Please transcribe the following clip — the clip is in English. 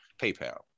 PayPal